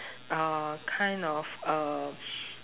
uh kind of um